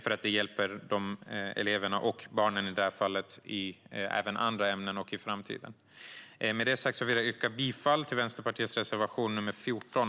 Det hjälper eleverna, och i det här fallet barnen, även i andra ämnen och i framtiden. Med detta sagt yrkar jag bifall till Vänsterpartiets reservation nr 14.